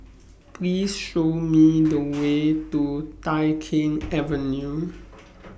Please Show Me The Way to Tai Keng Avenue